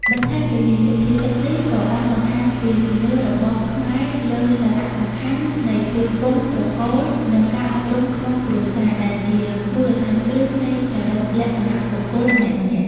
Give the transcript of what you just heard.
បន្ថែមពីនេះ សុភាសិតនេះក៏បានបង្ហាញពីជំនឿរបស់ខ្មែរលើសារៈសំខាន់នៃពូជពង្ស ត្រកូល និងការអប់រំក្នុងគ្រួសារ ដែលជាមូលដ្ឋានគ្រឹះនៃចរិតលក្ខណៈបុគ្គលម្នាក់ៗ។